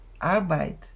Arbeit